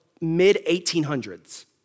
mid-1800s